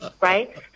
right